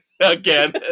again